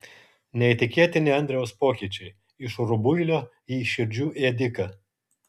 neįtikėtini andriaus pokyčiai iš rubuilio į širdžių ėdiką